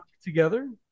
together